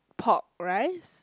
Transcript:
pork rice